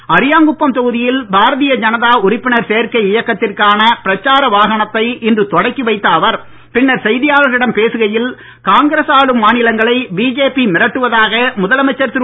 மாநில அரியாங்குப்பம் தொகுதியில் பாரதிய ஜனதா உறுப்பினர் சேர்க்கை இயக்கத்திற்கான பிரச்சார வாகனத்தை இன்று தொடக்கி வைத்த அவர் பின்னர் செய்தியாளர்களிடம் பேசுகையில் காங்கிரஸ் ஆளும் மாநிலங்களை பிஜேபி மிரட்டுவதாக முதலமைச்சர் திரு